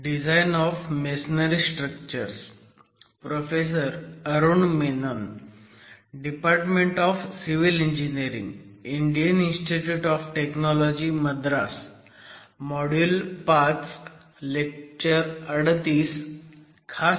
सुप्रभात